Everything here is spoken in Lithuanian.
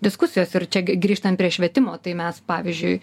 diskusijos ir čia grįžtant prie švietimo tai mes pavyzdžiui